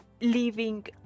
leaving